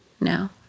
now